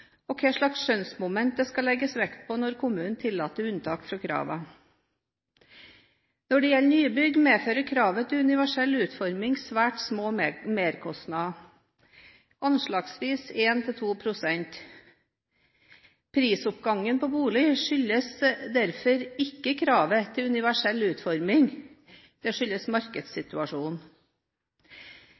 og hvilke skjønnsmomenter det skal legges vekt på når kommunen tillater unntak fra kravene. Når det gjelder nybygg, medfører kravet til universell utforming svært små merkostnader, anslagsvis 1–2 pst. Prisoppgangen på bolig skyldes derfor ikke kravet til universell utforming, det skyldes markedssituasjonen.